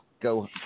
Go